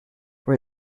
for